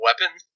weapon